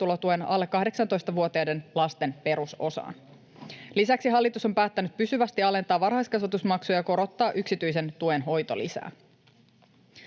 alle 18-vuotiaiden lasten perusosaan. Lisäksi hallitus on päättänyt pysyvästi alentaa varhaiskasvatusmaksuja ja korottaa yksityisen tuen hoitolisää.